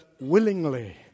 willingly